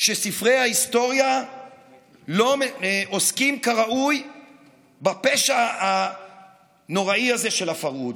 שספרי ההיסטוריה לא עוסקים כראוי בפשע הנוראי הזה של הפרהוד,